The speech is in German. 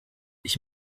ich